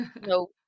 no